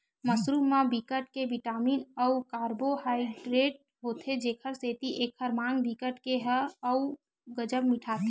mushroom म बिकट के बिटामिन अउ कारबोहाइडरेट होथे जेखर सेती एखर माग बिकट के ह अउ गजब मिटाथे घलोक